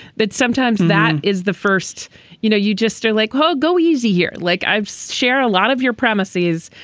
but sometimes that is the first you know, you just are like, ha, go easy here. like, i've share a lot of your premises,